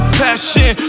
passion